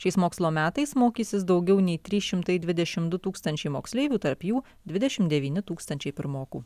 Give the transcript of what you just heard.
šiais mokslo metais mokysis daugiau nei trys šimtai dvidešimt du tūkstančiai moksleivių tarp jų dvidešimt devyni tūkstančiai pirmokų